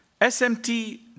SMT